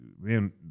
man